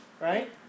right